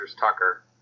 Tucker